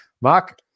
Mark